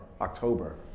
October